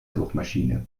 suchmaschine